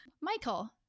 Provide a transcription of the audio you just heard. Michael